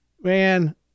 man